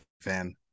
fan